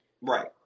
Right